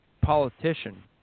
politician